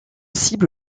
cible